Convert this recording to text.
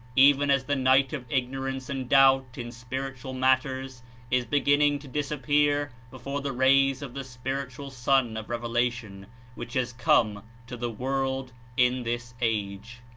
even as the night of ignorance and doubt in spiritual matters is beginning to disappear before the rays of the spiritual sun of revelation which has come to the world in this age.